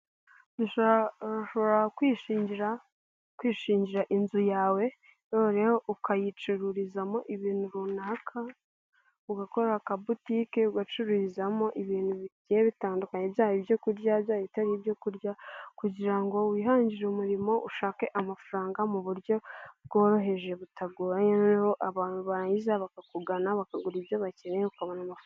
Ushobora kwishingira, kwishingira inzu yawe noneho ukayicururizamo ibintu runaka ugakora aka botike ugacururizamo ibintu bigiye bitandukanye byaba ibyo kurya, byaba ibitaribyo kurya, ibyo kurya kugira ngo wihangire umurimo ushake amafaranga mu buryo bworoheje butagoranye noneho abantu barangiza bakakugana bakagura ibyo bakeneye ukabona amafaranga.